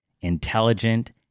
intelligent